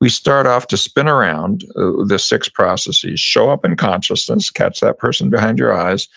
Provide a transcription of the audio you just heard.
we start off to spin around the six processes. show up in consciousness, catch that person behind your eyes,